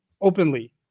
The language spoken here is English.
openly